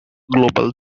global